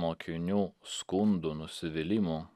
mokinių skundų nusivylimų